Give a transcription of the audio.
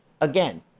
again